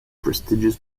prestigious